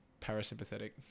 parasympathetic